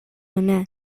hona